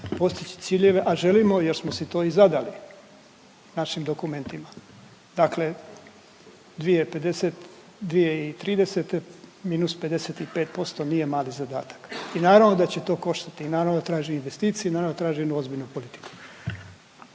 postići ciljeve, a želimo jer smo si to i zadali našim dokumentima. Dakle, 2050., 2030. minus 55% nije mali zadatak i naravno da će to koštati i naravno da traži investicije i naravno da traži jednu ozbiljnu politiku.